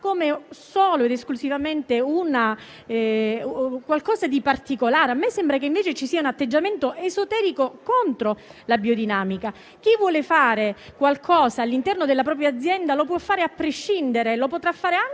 solo ed esclusivamente come un qualcosa di particolare. A me sembra che invece ci sia un atteggiamento esoterico contro la biodinamica: chi vuole fare qualcosa all'interno della propria azienda lo può fare a prescindere e lo potrà fare anche